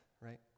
right